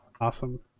awesome